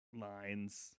lines